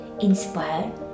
inspire